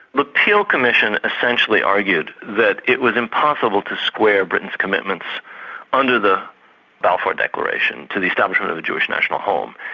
the peel commission essentially argued that it was impossible to square britain's commitments under the balfour declaration, to the establishment of the jewish national home,